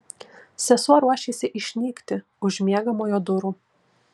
sesuo ruošėsi išnykti už miegamojo durų